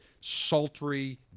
sultry